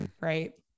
Right